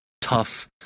tough